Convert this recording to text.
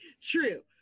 True